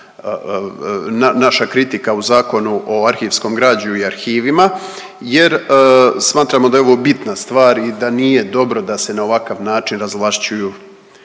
naša kritika u Zakonu o arhivskom građu i arhivima jer smatramo da je ovo bitna stvar i da nije dobro da se na ovakav način razvlašćuju